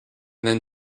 then